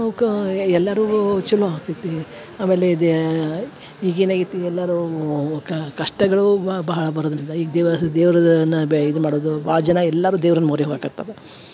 ಅವ್ಕ ಎಲ್ಲರೂ ಚಲೋ ಆಕ್ತೈತಿ ಆಮೇಲೆ ದ್ಯಾ ಈಗೇನು ಆಗೇತಿ ಎಲ್ಲಾರೂ ಕಷ್ಟಗಳು ಬಹಳ ಬರುದರಿಂದ ಈಗ ದೇವಸದ್ ದೇವರದನ ಬೇ ಇದು ಮಾಡೋದು ಭಾಳ್ ಜನ ಎಲ್ಲಾರು ದೇವ್ರನ್ನ ಮೊರೆ ಹೋಗಕತ್ತಾರ